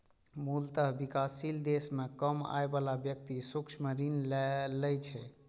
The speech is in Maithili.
मूलतः विकासशील देश मे कम आय बला व्यक्ति सूक्ष्म ऋण लै छै